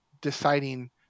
deciding